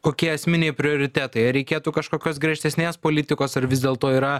kokie esminiai prioritetai ar reikėtų kažkokios griežtesnės politikos ar vis dėlto yra